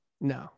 No